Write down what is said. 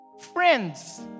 Friends